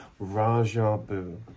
Rajabu